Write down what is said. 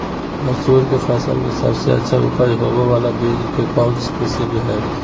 मसूर के फसल में सबसे अच्छा उपज होबे बाला बीज के कौन किस्म हय?